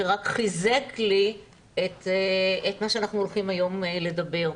שרק חיזק לי את מה שאנחנו הולכים לדבר עליו היום.